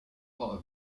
part